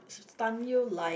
stun you like